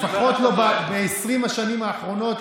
לפחות לא ב-20 השנים האחרונות,